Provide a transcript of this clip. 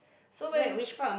so when